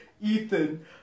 Ethan